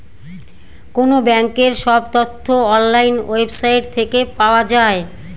কোনো ব্যাঙ্কের সব তথ্য অনলাইন ওয়েবসাইট থেকে পাওয়া যায়